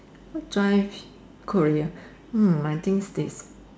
what drive career hmm I think this